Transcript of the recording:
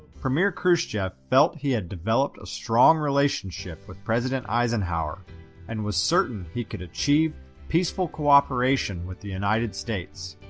premier khrushchev felt he had developed a strong relationship with president eisenhower and was certain he could achieve peaceful cooperation with the united states.